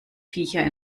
viecher